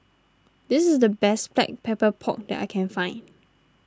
this is the best Black Pepper Pork that I can find